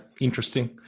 interesting